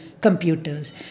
computers